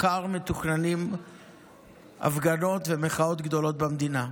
מחר מתוכננות הפגנות ומחאות גדולות במדינה,